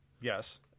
Yes